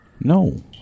No